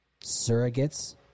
surrogates